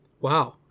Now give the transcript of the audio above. wow